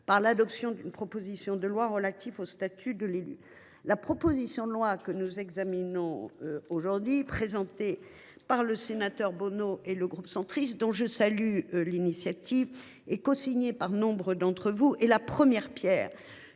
par l’adoption d’une proposition de loi portant création d’un statut de l’élu local. La proposition de loi que nous examinons aujourd’hui, présentée par le sénateur François Bonneau et le groupe Union Centriste, dont je salue l’initiative, et signée par nombre d’entre vous, est la première pierre